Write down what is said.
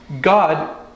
God